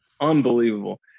Unbelievable